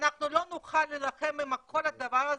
ואנחנו לא נוכל להילחם עם כל הדבר הזה,